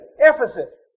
Ephesus